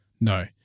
No